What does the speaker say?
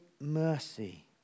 mercy